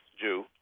Jew